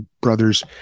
brother's